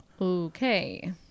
Okay